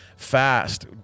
fast